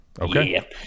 Okay